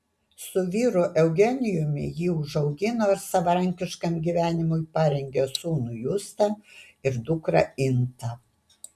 su vyru eugenijumi ji užaugino ir savarankiškam gyvenimui parengė sūnų justą ir dukrą intą